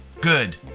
Good